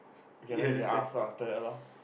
okay then you can ask her after that lor